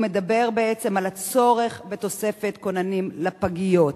הוא מדבר בעצם על הצורך בתוספת כוננים לפגיות.